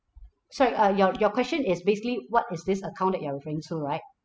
sorry uh your your question is basically what is this account that you're referring to right